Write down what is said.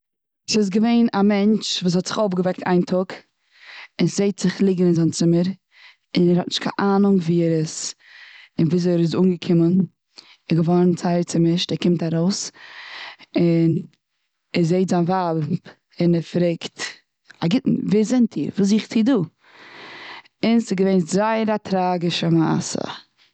ס'איז געווען א מענטש וואס האט זיך אויפגעוועקט איין טאג און זעט זיך ליגן און זיי ן צומער און ער האט נישט קיין אנונג ווי ער איז. און וויאזוי ער איז אנגעקומען. ער איז געווארן זייער צומישט ער קומט ארויס. און ער זעהט זיין ווייב און ער פרעגט: א גוטן, ווער זענט איר? וואס זוכט איר דא? און ס'איז געווען זייער א טראגישע מעשה.